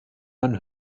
man